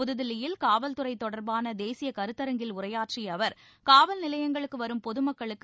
புதுதில்லியில் காவல்துறை தொடர்பான தேசிய கருத்தரங்கில் உரையாற்றிய அவர் காவல் நிலையங்களுக்கு வரும் பொது மக்களுக்கு